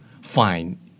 Fine